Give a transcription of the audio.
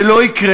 זה לא יקרה.